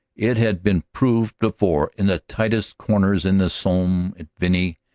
it had been proved before in the tightest corners-in the somme, at vimy,